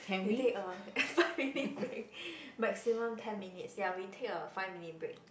you take a five minutes break maximum ten minutes ya we take a five minute break